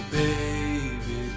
baby